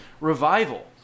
revival